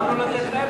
גם לא לתת להם,